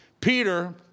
Peter